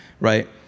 right